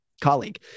colleague